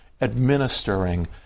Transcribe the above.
administering